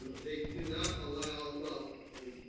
they do not allow, well, let me,